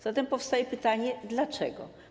Zatem powstaje pytanie dlaczego.